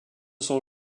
sont